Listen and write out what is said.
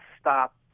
stop